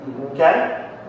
Okay